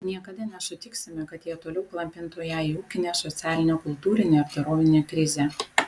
niekada nesutiksime kad jie toliau klampintų ją į ūkinę socialinę kultūrinę ir dorovinę krizę